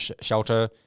shelter